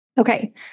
Okay